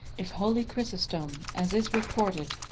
if holy chrysostom, as is reported,